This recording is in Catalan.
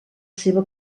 seva